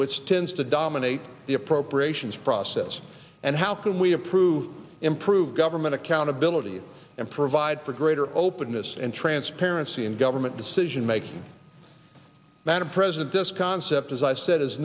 which tends to dominate the appropriations process and how can we approve improve government accountability and provide for greater openness and transparency in government decision making madam president this concept as i've said is